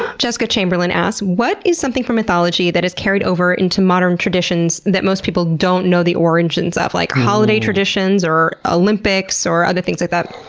jessica chamberlain asks what is something from mythology that is carried over into modern traditions that most people don't know the origins of? like holiday traditions, or ah olympics, or other things like that?